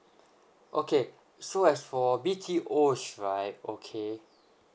okay so as for B_T_O's right okay